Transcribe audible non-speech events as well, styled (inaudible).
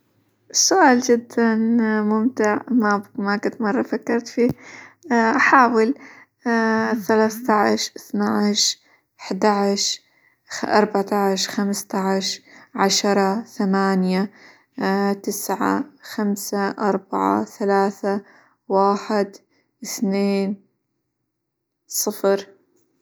السؤال جدًا ممتع ما قد مرة فكرت فيه، (hesitation) أحاول (hesitation) ثلاثةعشر ،إثناعشر، احداعشر، -خ- أربعةعشر خمسةعشر ،عشرة، ثمانية، (hesitation) تسعة خمسة، أربعة، ثلاثة، واحد إثنين، صفر.